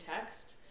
text